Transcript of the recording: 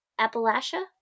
Appalachia